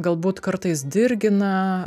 galbūt kartais dirgina